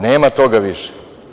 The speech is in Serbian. Nema toga više.